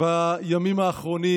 בימים האחרונים?